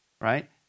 right